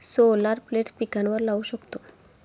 solar plates पिकांवर लाऊ शकतो